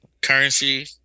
Currency